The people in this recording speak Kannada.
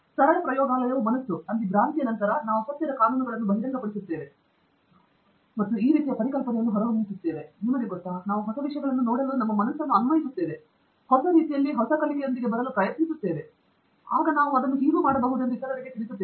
ಆದ್ದರಿಂದ ಅದು JC ಬೋಸ್ಗೆ ಕಾರಣವಾಗಿದೆ ಮತ್ತು ಈ ರೀತಿಯ ಪರಿಕಲ್ಪನೆಯನ್ನು ಹೊರತಂದಿದೆ ನಿಮಗೆ ಗೊತ್ತಿದೆ ನಾವು ಹೊಸ ವಿಷಯಗಳನ್ನು ನೋಡಲು ನಮ್ಮ ಮನಸ್ಸನ್ನು ಅನ್ವಯಿಸುತ್ತೇವೆ ಹೊಸ ರೀತಿಯಲ್ಲಿ ಮತ್ತು ಕಲಿಕೆಯೊಂದಿಗೆ ಬರಲು ಪ್ರಯತ್ನಿಸುತ್ತಿದ್ದೇವೆ ಆಗ ನಾವು ಅದನ್ನು ಮಾಡಬಹುದು ಇತರರಿಗೆ ತಿಳಿಸುತ್ತದೆ